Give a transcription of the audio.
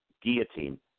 guillotine